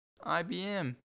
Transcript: IBM